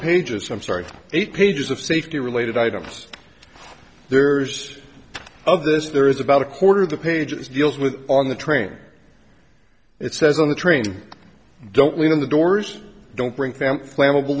pages i'm sorry eight pages of safety related items there's of this there is about a quarter of the pages deals with on the train it says on the train don't leave the doors don't bring fam flammable